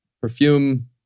perfume